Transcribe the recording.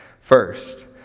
First